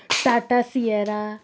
Tata Sierra